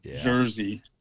jersey